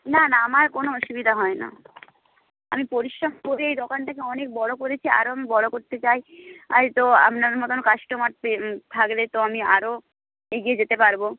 না না আমার কোনো অসুবিধা হয় না আমি পরিশ্রম করে এই দোকানটাকে অনেক বড় করেছি আরও আমি বড় করতে চাই তো আপনার মতোন কাস্টমার পেয়ে থাকলে তো আমি আরও এগিয়ে যেতে পারব